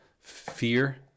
fear